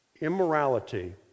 immorality